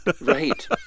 Right